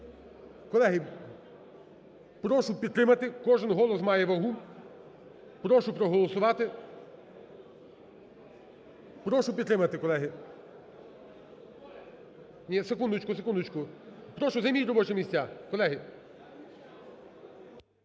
Колеги, прошу підтримати. Кожен голос має вагу. Прошу проголосувати. Прошу підтримати, колеги. Ні, секундочку, секундочку. Прошу, займіть робочі місця, колеги.